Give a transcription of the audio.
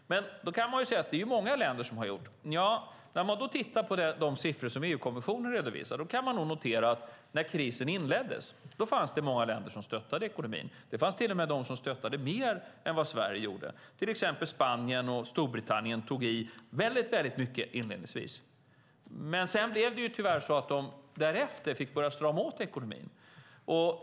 Då kan man säga att det är det många länder som har gjort. Nja, när man tittar på de siffror som EU-kommissionen redovisar kan man notera att det när krisen inleddes fanns många länder som stöttade ekonomin. Det fanns till och med de som stöttade mer än vad Sverige gjorde - till exempel Spanien och Storbritannien tog i väldigt mycket inledningsvis. Men tyvärr blev det ju så att de därefter fick börja strama åt ekonomin.